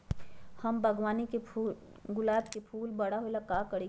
हम अपना बागवानी के गुलाब के फूल बारा होय ला का करी?